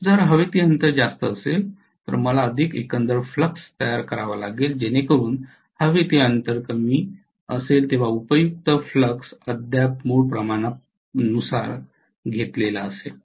जर हवेतील अंतर जास्त असेल तर मला अधिक एकंदर फ्लक्स तयार करावा लागेल जेणेकरून हवेतील अंतर कमी असेल तेव्हा उपयुक्त फ्लक्स अद्याप मूळ प्रमाणानुसार असेल